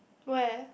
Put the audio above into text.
where